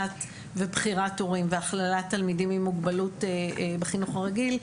ובחירת הורים והכללת תלמידים עם מוגבלות בחינוך הרגיל,